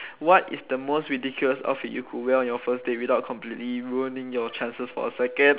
what is the most ridiculous outfit you could wear on your first date without completely ruining your chances for a second